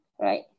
right